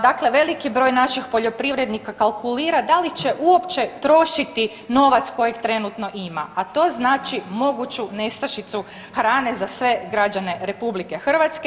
Dakle, veliki broj naših poljoprivrednika kalkulira da li će uopće trošiti novac kojeg trenutno ima, a to znači moguću nestašicu hrane za sve građane RH.